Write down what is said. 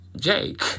Jake